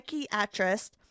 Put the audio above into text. psychiatrist